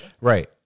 right